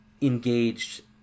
engaged